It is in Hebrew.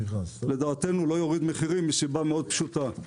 לדעתנו לא יוריד מחירים מסיבה מאוד פשוטה,